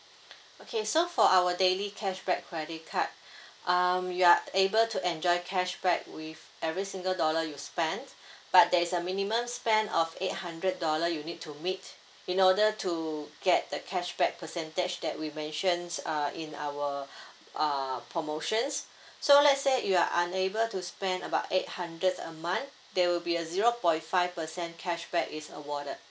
okay so for our daily cashback credit card um you are able to enjoy cashback with every single dollar you spent but there is a minimum spend of eight hundred dollar you need to meet in order to get the cashback percentage that we mentioned uh in our uh promotions so let's say you are unable to spend about eight hundred a month there will be a zero point five percent cashback is awarded